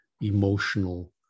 emotional